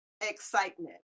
excitement